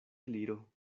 gliro